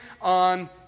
on